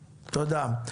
תודה.